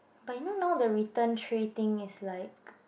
but you know now the return tray thing is like